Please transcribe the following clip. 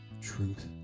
Truth